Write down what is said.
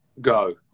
go